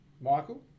Michael